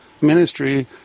ministry